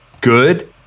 good